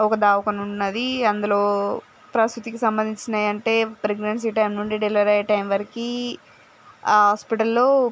ఒక దావఖానున్నది అందులో ప్రసూతికి సంబంధించినవి అంటే ప్రెగ్నన్సీ టైం నుండి డెలివరీ అయ్యే టైం వరకు ఆ హాస్పిటల్లో